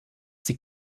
sie